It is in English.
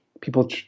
people